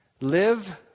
Live